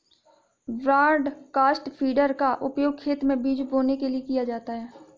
broadcast feeder का उपयोग खेत में बीज बोने के लिए किया जाता है